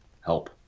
help